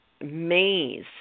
maze